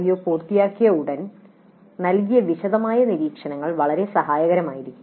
U പൂർത്തിയാക്കിയ ഉടൻ നൽകിയ വിശദമായ നിരീക്ഷണങ്ങൾ വളരെ സഹായകരമാകും